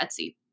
Etsy